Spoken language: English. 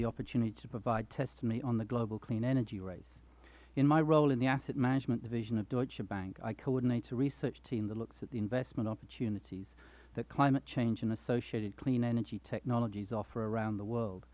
the opportunity to provide testimony on the global clean energy race in my role in the assessment management division of deutsche bank i coordinate a research team that looks at the investment opportunities that climate change and associated clean energy technologies offer around the world